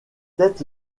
tête